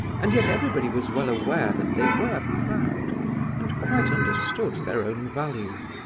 and yet everybody was well aware that they were proud and quite understood their own value.